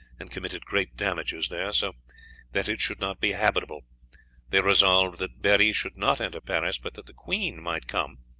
and committed great damages there, so that it should not be habitable they resolved that berri should not enter paris, but that the queen might come.